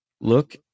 look